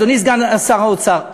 אדוני סגן שר האוצר,